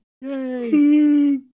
yay